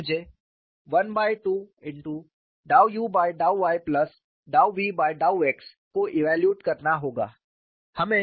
तो मुझे 12∂u∂y∂v∂x को इव्यालूएट करना होगा